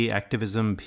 activism